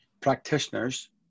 practitioners